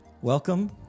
Welcome